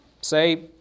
say